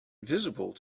visible